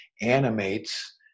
animates